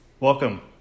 Welcome